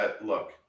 Look